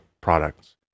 products